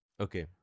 Okay